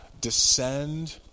descend